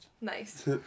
Nice